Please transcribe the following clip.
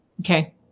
Okay